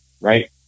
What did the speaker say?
Right